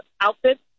outfits